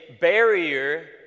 barrier